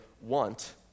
want